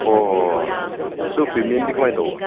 ꯍꯣ ꯍꯣꯏ ꯍꯣꯏ ꯑꯗꯨ ꯄꯦꯃꯦꯟꯗꯤ ꯀꯃꯥꯏ ꯇꯧꯕ